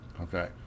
Okay